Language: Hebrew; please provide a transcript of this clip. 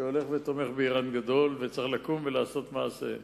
שהולך ותומך באירן גדולה, וצריך לקום ולעשות מעשה.